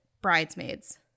bridesmaids